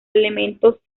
elementos